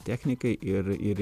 technikai ir ir